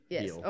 Yes